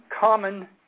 common